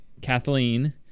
Kathleen